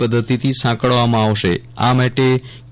પદ્ધતિથી સાંકળવામાં આવશે આ માટે કે